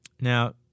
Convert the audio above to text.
Now